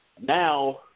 Now